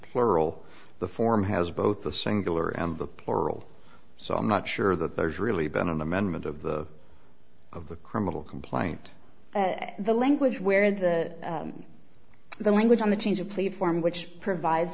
plural the form has both the singular and the plural so i'm not sure that there's really been an amendment of the of the criminal complaint the language where that the language on the change of play form which provides